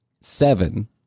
seven